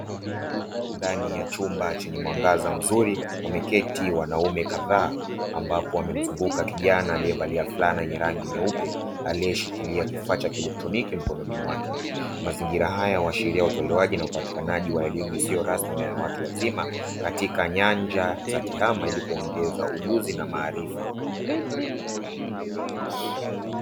Ndani ya chumba chenye mwangaza mzuri wameketi wanaume kadhaa ambapo wamemzunguka kijana aliyevalia fulana yenye rangi nyeupe aliyeshikilia kifaa cha kielektroniki mkononi mwake. Mazingira haya huashiria utolewaji na upatikanaji wa elimu isiyo rasmi na ya watu wazima katika nyanja za tehama ili kuongeza ujuzi na maarifa.